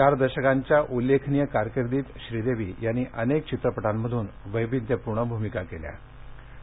चार दशकांच्या उल्लेखनीय कारकीर्दीत श्रीदेवी यांनी अनेक चित्रपटामधून त्यांनी वैविध्यपूर्ण भूमिका केल्या होत्या